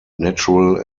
natural